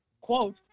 quote